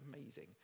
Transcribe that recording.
amazing